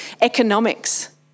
economics